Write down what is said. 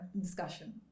discussion